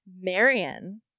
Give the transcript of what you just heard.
Marion